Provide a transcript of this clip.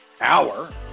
hour